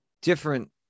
different